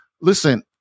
listen